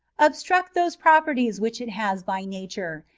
obstruct those properties which it has by nature,